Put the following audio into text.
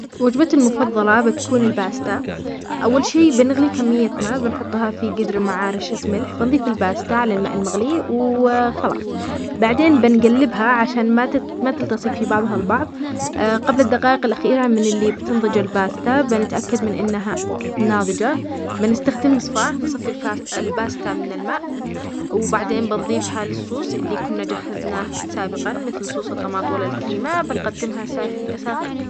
وجبتي المفضلة بتكون الباستا. أول شي بنغلي كمية ما بنحطها في قدر مع ارشة ملح، بنضيف الباستا على الماء المغلي و خلاص بعدين بنقلبها عشان ما تت -ما تلتصق في بعضها البعض. قبل الدقائق الأخيرة من اللي بتنضج الباستا بنتأكد من إنها ناضجة، بنستخدم مصفاة نصفي الفاس- الباستا من الماء، وبعدين بنضيفها للصوص إللي كنا جهزناه سابقا مثل صوص الطماط ولا الكريمة بنقدمها ساخ -ساخي.